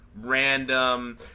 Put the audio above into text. random